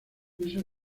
esa